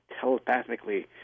telepathically